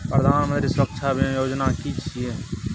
प्रधानमंत्री सुरक्षा बीमा योजना कि छिए?